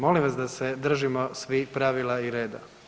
Molim vas da se držimo svi pravila i reda.